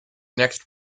next